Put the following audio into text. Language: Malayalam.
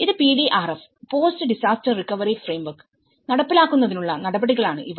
ഇത് PDRF post disaster recovery framework നടപ്പിലാക്കുന്നതിനുള്ള നടപടികളാണ് ഇവ